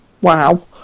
wow